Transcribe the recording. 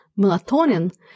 melatonin